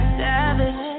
savage